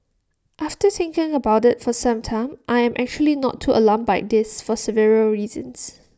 after thinking about IT for some time I am actually not too alarmed by this for several reasons